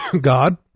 God